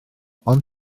ond